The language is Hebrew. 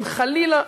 אם חלילה,